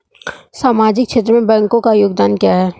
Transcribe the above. सामाजिक क्षेत्र में बैंकों का योगदान क्या है?